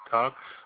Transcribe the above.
Talks